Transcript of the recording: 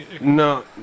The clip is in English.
No